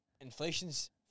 inflation's